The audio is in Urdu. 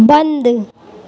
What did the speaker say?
بند